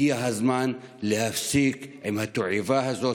הגיע הזמן להפסיק עם התועבה הזאת